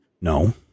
No